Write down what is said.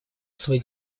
свои